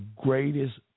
greatest